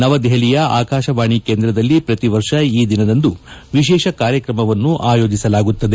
ನವದೆಹಲಿಯ ಆಕಾಶವಾಣಿ ಕೇಂದ್ರದಲ್ಲಿ ಪ್ರತಿ ವರ್ಷ ಈ ದಿನದಂದು ವಿಶೇಷ ಕಾರ್ಯಕ್ರಮವನ್ನು ಆಯೋಜಿಸಲಾಗುತ್ತದೆ